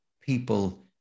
people